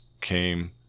came